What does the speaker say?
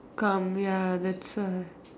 come ya that's why